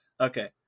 Okay